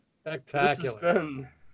Spectacular